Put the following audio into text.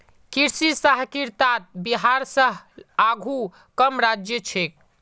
कृषि सहकारितात बिहार स आघु कम राज्य छेक